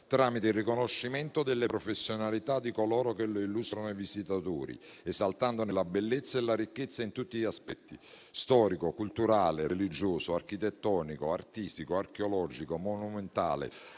tramite il riconoscimento delle professionalità di coloro che lo illustrano ai visitatori, esaltandone la bellezza e la ricchezza in tutti gli aspetti (storico, culturale, religioso, architettonico, artistico, archeologico e monumentale),